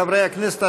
חברי הכנסת,